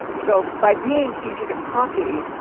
so by being easy to copy,